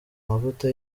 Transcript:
amavuta